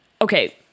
Okay